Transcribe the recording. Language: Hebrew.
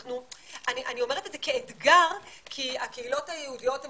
אומרת את זה כאתגר כי הקהילות היהודיות הן